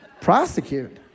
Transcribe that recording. prosecute